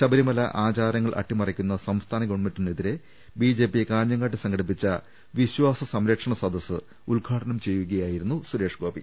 ശബരിമല ആചാരങ്ങൾ അട്ടിമറിക്കുന്ന സംസ്ഥാന ഗവൺമെന്റിനെതിരെ ബിജെപ്പി കാഞ്ഞങ്ങാട്ട് സംഘടിപ്പിച്ച വിശ്വാസ സംരക്ഷണ സദസ്സ് ഉദ്ഘാടനം ചെയ്യുകയായിരുന്നു സുരേഷ്ഗോപി